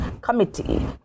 committee